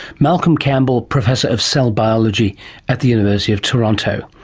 malcolm campbell, professor of cell biology at the university of toronto.